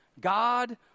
God